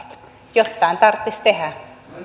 jottain tarttis tehä